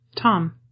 Tom